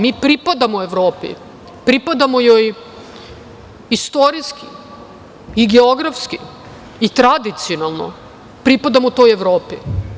Mi pripadamo Evropi, pripadamo joj istorijski i geografski i tradicionalno pripadamo toj Evropi.